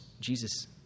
Jesus